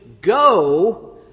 go